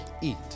eat